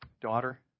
Daughter